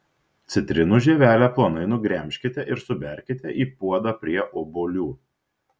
citrinų žievelę plonai nugremžkite ir suberkite į puodą prie obuolių